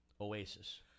Oasis